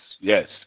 yes